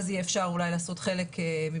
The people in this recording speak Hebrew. אז יהיה אפשר אולי לעשות חלק מהבדיקות,